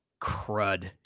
crud